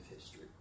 history